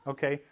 Okay